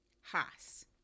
Haas